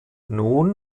nun